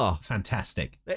fantastic